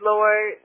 Lord